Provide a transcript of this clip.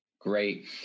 Great